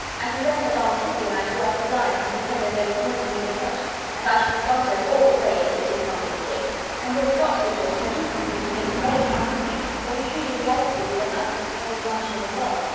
as we went along, kitty and i drew up the blinds, and pretended there was nobody in the coach and i should have gone so all the way, if kitty had not been sick and when we got to the george, i do think we behaved very handsomely, for we treated the other three with the nicest cold luncheon in the world,